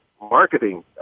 marketing